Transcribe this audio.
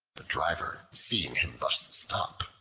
the driver, seeing him thus stop,